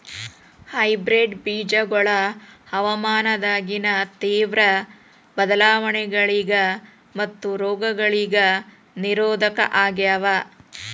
hybrid ಬೇಜಗೊಳ ಹವಾಮಾನದಾಗಿನ ತೇವ್ರ ಬದಲಾವಣೆಗಳಿಗ ಮತ್ತು ರೋಗಗಳಿಗ ನಿರೋಧಕ ಆಗ್ಯಾವ